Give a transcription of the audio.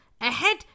ahead